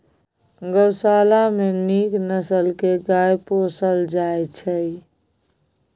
गोशाला मे नीक नसल के गाय पोसल जाइ छइ